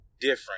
different